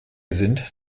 sind